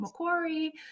Macquarie